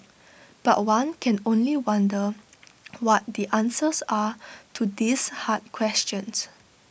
but one can only wonder what the answers are to these hard questions